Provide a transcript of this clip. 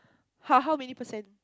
how how many percent